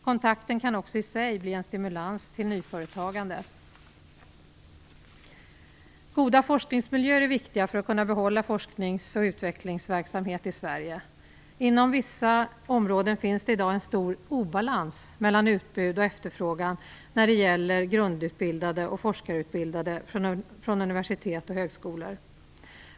Kontakten kan också i sig bli en stimulans till nyföretagande. Goda forskningsmiljöer är viktiga för att kunna behålla forsknings och utvecklingsverksamhet i Sverige. Inom vissa områden finns det i dag en stor obalans mellan utbud och efterfrågan när det gäller grundutbildade och forskarutbildade från universitet och högskolor.